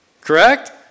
Correct